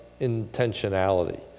intentionality